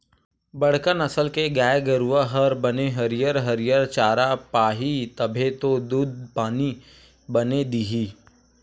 बड़का नसल के गाय गरूवा हर बने हरियर हरियर चारा पाही तभे तो दूद पानी बने दिही